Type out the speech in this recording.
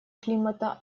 климата